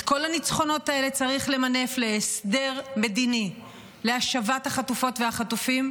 את כל הניצחונות האלה צריך למנף להסדר מדיני להשבת החטופות והחטופים,